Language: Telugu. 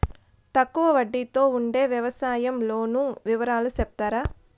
తక్కువ వడ్డీ తో ఉండే వ్యవసాయం లోను వివరాలు సెప్తారా?